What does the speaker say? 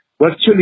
virtually